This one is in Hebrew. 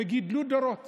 וגידלו דורות